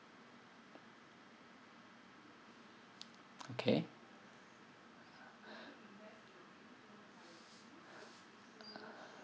okay